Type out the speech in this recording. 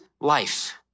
life